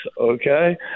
okay